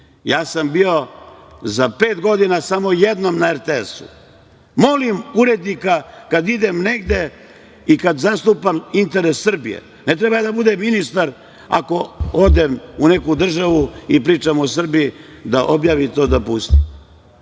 Ja sam bio za pet godina samo jednom na RTS-u. Molim urednika kada idem negde i kada zastupam interes Srbije, ne trebam ja da budem ministar ako odem u neku državu i pričam o Srbiji, da objave to i da puste.